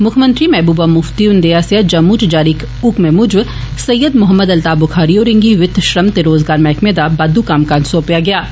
मुक्ख मंत्री महबूबा मुफ्ती हुन्दे आस्सेआ जम्मू च जारी इक हुकमै मूजब सईद मौहम्मद अल्ताफ बुखारी होरे गी वित्त श्रम ते रोजगार मैहकमे दा बादू कम्मकाज सौंपेआ गेआ ऐ